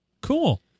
Cool